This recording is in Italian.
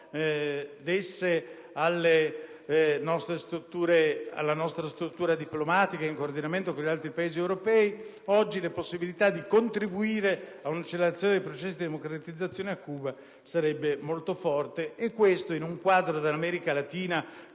alla nostra struttura diplomatica in coordinamento con gli altri Paesi europei oggi le possibilità di contribuire ad un'accelerazione dei processi di democratizzazione a Cuba sarebbero molto forti. Questo, in un quadro dell'America Latina